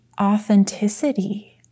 authenticity